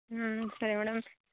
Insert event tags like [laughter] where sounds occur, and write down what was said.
ಹ್ಞೂ [unintelligible] ಮೇಡಮ್